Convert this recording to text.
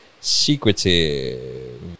Secretive